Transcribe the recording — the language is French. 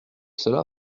cela